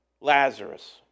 Lazarus